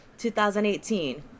2018